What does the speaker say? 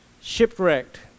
shipwrecked